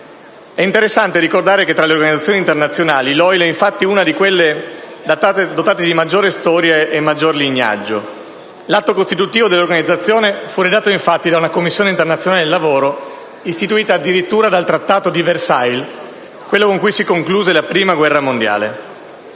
È interessante ricordare che tra le organizzazioni internazionali l'OIL è infatti una di quelle dotate di maggiore storia e lignaggio. L'atto costitutivo dell'Organizzazione fu redatto da una Commissione internazionale del lavoro, istituita addirittura dal Trattato di Versailles, quello con cui si concluse la prima guerra mondiale.